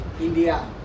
India